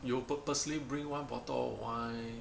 you purposely bring one bottle of wine